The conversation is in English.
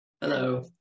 Hello